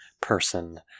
person